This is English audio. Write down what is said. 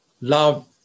love